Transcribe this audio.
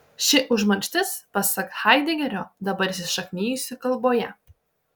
ši užmarštis pasak haidegerio dabar įsišaknijusi kalboje